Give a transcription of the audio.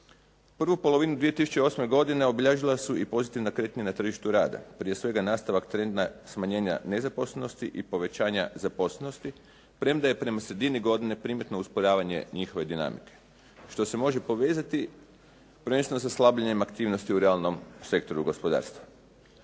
Prvu polovinu 2008. godine obilježila su i pozitivna kretanja na tržištu rada, prije svega nastavak trenda smanjenja nezaposlenosti i povećanja zaposlenosti premda je prema sredini godine primjetno usporavanje njihove dinamike što se može povezati prvenstveno sa slabljenjem aktivnosti u realnom sektoru gospodarstva.